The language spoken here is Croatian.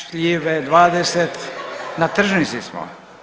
Šljive 20, na tržnici smo.